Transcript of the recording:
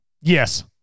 Yes